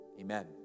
amen